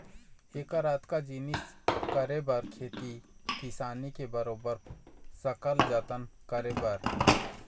ऐकर अतका जिनिस करे बर खेती किसानी के बरोबर सकल जतन करे बर